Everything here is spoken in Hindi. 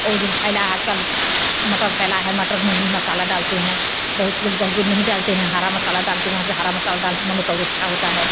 वो जो फैला आज कल मटर फैला है मटर में भी मसाला डालते हैं बहुत लोग बहुत लोग नहीं डालते हैं हरा मसाला डाल के बनाते हैं हरा मसाला डाल के बनाओ तो और अच्छा होता है